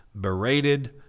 berated